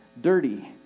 dirty